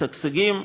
משגשגים,